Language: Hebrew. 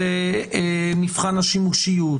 ומבחן השימושיות,